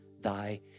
thy